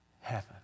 heaven